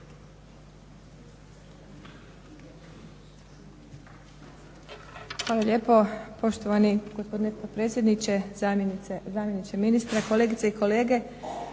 Hvala lijepo, poštovani gospodine potpredsjedniče. Zamjeniče ministra, kolegice i kolege.